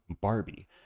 Barbie